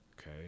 Okay